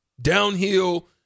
Downhill